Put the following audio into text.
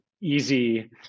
easy